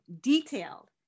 detailed